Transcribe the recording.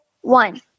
one